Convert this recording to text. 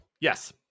Yes